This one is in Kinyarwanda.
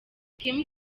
kim